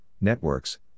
networks